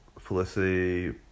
Felicity